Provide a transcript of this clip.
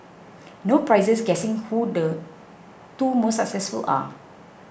no prizes guessing who the two most successful are